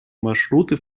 маршруты